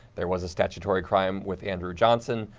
there was a statutory crime with andrew johnson.